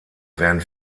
werden